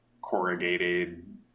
corrugated